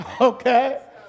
Okay